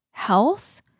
health